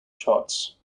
charts